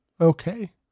okay